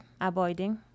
avoiding